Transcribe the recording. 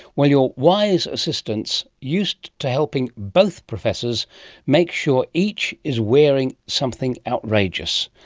well, your wise assistants used to helping both professors make sure each is wearing something outrageous,